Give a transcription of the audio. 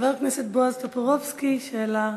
חבר הכנסת בועז טופורובסקי, שאלה